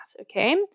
Okay